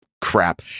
crap